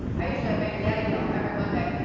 i usually have baby daddy mail every monday.